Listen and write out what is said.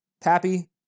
Pappy